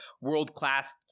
world-class